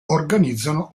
organizzano